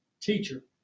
teacher